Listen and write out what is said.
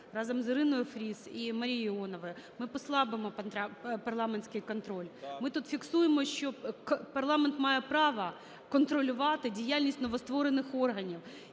разом з Іриною Фріз і Марією Іоновою, ми послабимо парламентський контроль. Ми тут фіксуємо, що парламент має право контролювати діяльність новостворених органів.